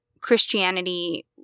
Christianity